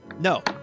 No